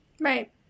Right